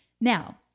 Now